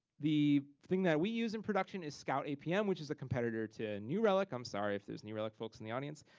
the thing that we use in production is scout apm, which is a competitor to new relic. i'm sorry if there's new relic folks in the audience.